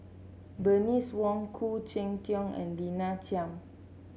Bernice Wong Khoo Cheng Tiong and Lina Chiam